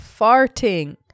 farting